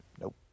Nope